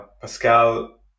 pascal